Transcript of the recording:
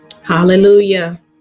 Hallelujah